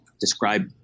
describe